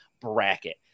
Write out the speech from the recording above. bracket